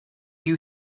you